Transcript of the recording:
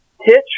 Pitch